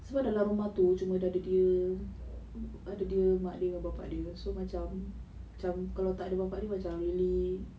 sebab dalam rumah tu cuma ada dia ada dia mak dia dengan bapa dia so macam macam kalau tak ada bapa dia macam really